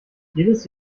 jedes